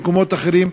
במקומות אחרים,